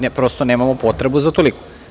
Mi prosto nemamo potrebu za toliko.